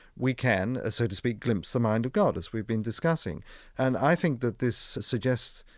we can, ah so to speak, glimpse the mind of god, as we've been discussing and i think that this suggests,